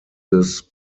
this